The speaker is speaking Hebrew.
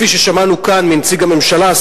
כפי ששמענו כאן מנציג הממשלה,